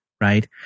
right